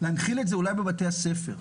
להנחיל את זה בבתי הספר,